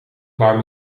klaar